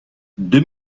deux